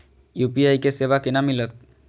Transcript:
UPI के सेवा केना मिलत?